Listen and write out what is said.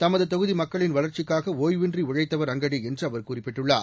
தமது தொகுதி மக்களின் வளர்ச்சிக்காக ஒய்வின்றி உழைத்தவர் அங்கடி என்று அவர் குறிப்பிட்டுள்ளார்